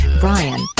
Brian